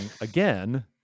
again